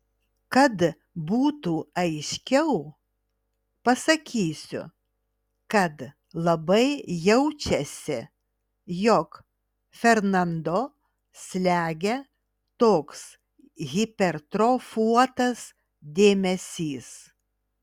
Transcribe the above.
kad būtų aiškiau pasakysiu kad labai jaučiasi jog fernando slegia toks hipertrofuotas dėmesys